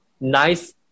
nice